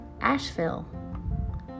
Asheville